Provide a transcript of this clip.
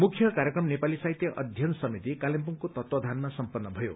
मुख्य कार्यक्रम नेपाली साहित्य अध्ययन समिति कालेब्रुङको तत्वावधानमा सम्पन्न गरियो